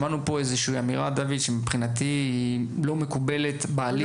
שמענו פה איזושהי אמירה ומבחינתי היא לא מקובלת בעליל.